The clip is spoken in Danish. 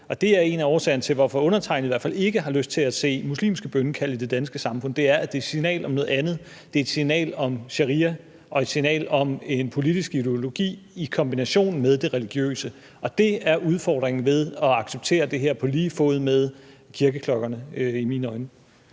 og det er en af årsagerne til, at undertegnede i hvert fald ikke har lyst til at se muslimske bønnekald i det danske samfund, altså at det er et signal om noget andet; det er et signal om sharia og et signal om en politisk ideologi i kombination med det religiøse – og det er i mine øjne udfordringen ved at acceptere det her på lige fod med kirkeklokkerne. Kl.